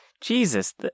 Jesus